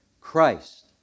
Christ